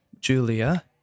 Julia